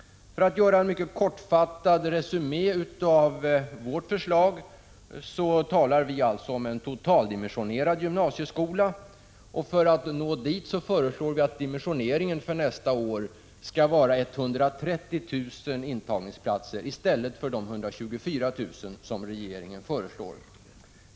För att göra en mycket kortfattad resumé av vårt förslag, talar vi alltså om en totaldimensionerad gymnasieskola, och för att nå dit föreslår vi att dimensioneringen för nästa år skall vara 130 000 intagningsplatser i stället för de 124 000 som regeringen föreslår.